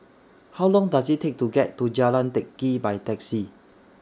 How Long Does IT Take to get to Jalan Teck Kee By Taxi